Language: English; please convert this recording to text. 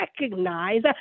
recognize